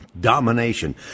domination